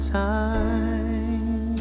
time